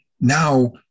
now